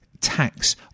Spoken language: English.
tax